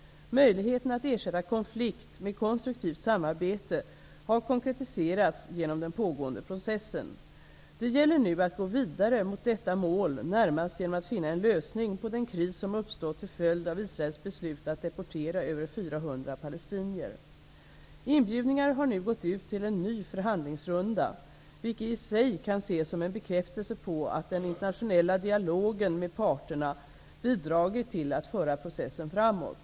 Möjligheten att ersätta konflikt med konstruktivt samarbete har konkretiserats genom den pågående processen. Det gäller nu att gå vidare mot detta mål, närmast genom att finna en lösning på den kris som uppstått till följd av Israels beslut att deportera över 400 palestinier. Inbjudningar har nu gått ut till en ny förhandlingsrunda, vilket i sig kan ses som en bekräftelse på att den internationella dialogen med parterna bidragit till att föra processen framåt.